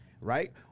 right